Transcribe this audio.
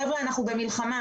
חבר'ה, אנחנו במלחמה.